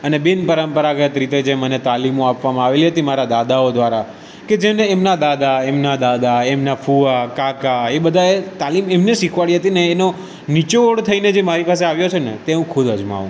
અને બિનપરંપરાગત રીતે જે મને તાલીમો આપવામાં આવેલી હતી મારા દાદાઓ દ્વારા કે જેને એમના દાદા એમના દાદા એમના ફુઆ કાકા એ બધાએ તાલીમ એમને શીખવાડી હતી ને એનો નિચોડ થઈને જે મારી પાસે આવ્યો છે ને તે હું ખુદ અજમાવું